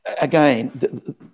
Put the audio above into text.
again